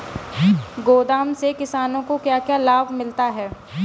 गोदाम से किसानों को क्या क्या लाभ मिलता है?